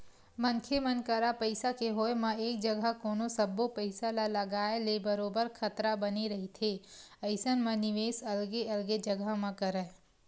मनखे मन करा पइसा के होय म एक जघा कोनो सब्बो पइसा ल लगाए ले बरोबर खतरा बने रहिथे अइसन म निवेस अलगे अलगे जघा म करय